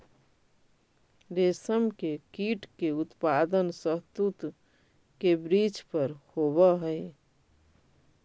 रेशम के कीट के उत्पादन शहतूत के वृक्ष पर होवऽ हई